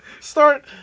start